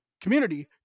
Community